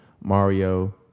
Mario